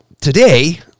today